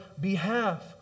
behalf